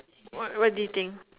what do you think